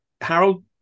Harold